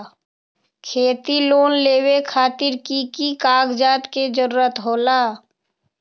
खेती लोन लेबे खातिर की की कागजात के जरूरत होला?